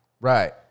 Right